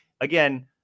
again